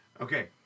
Okay